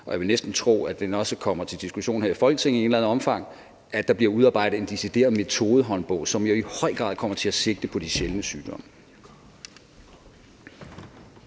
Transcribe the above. og jeg vil næsten tro, at den også kommer til diskussion her i Folketinget i et eller andet omfang – som jo i høj grad kommer til at sigte på de sjældne sygdomme.